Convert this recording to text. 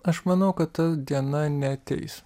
aš manau kad ta diena neateis